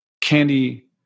candy